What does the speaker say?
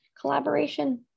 collaboration